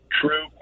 True